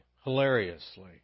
hilariously